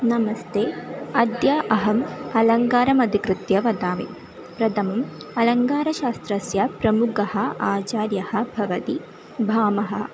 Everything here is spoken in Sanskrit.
नमस्ते अद्य अहम् अलङ्कारम् अधिकृत्य वदामि प्रथमम् अलङ्कारशास्त्रस्य प्रमुखः आचार्यः भवति भामः